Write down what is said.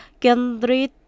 kendri